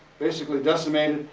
basically decimated.